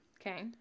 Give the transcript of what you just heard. Okay